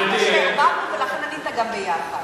גברתי, אתה זה שערבבת, ולכן ענית גם ביחד.